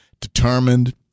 determined